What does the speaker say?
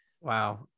Wow